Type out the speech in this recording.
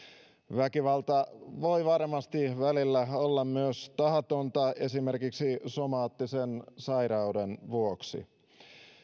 väkivalta voi varmasti välillä olla myös tahatonta esimerkiksi somaattisen sairauden vuoksi